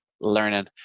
learning